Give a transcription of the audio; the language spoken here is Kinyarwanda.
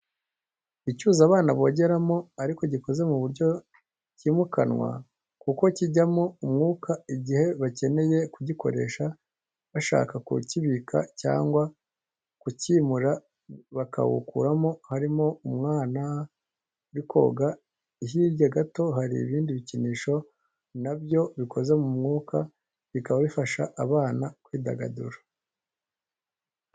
Icyuzi abana bogeramo ariko gikoze ku buryo cyimukanwa kuko kiijyamo umwuka igihe bakeneye kugikoresha bashaka kukibika cyangwa kukimura bakawukuramo harimo umwana uri koga. Hirya gato hari ibindi bikinisho na byo bikoze mu mwuka bikaba bifasha abana kwidagadura.